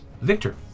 Victor